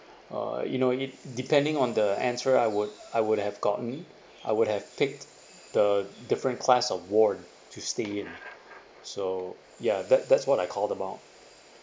uh you know it depending on the answer I would I would have gotten I would have take the different class of ward to stay in so ya that that's what I call about